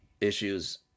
issues